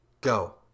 Go